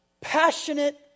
passionate